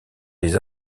les